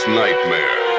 nightmare